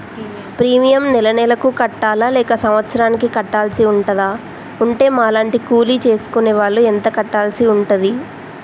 Premium నెల నెలకు కట్టాలా లేక సంవత్సరానికి కట్టాల్సి ఉంటదా? ఉంటే మా లాంటి కూలి చేసుకునే వాళ్లు ఎంత కట్టాల్సి ఉంటది?